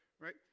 right